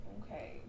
Okay